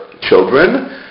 children